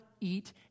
eat